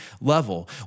level